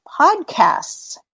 podcasts